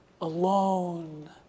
alone